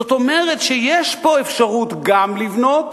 זאת אומרת שיש פה אפשרות גם לבנות